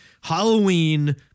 Halloween